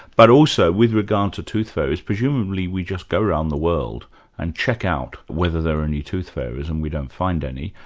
but also with regard to tooth fairies, presumably we just go around the world and check out whether there are any tooth fairies and we don't find any,